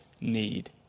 need